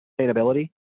sustainability